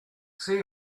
see